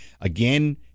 again